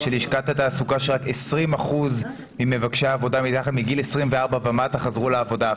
שרק 20% ממבקשי העבודה מגיל 24 ומטה חזרו לעבודה.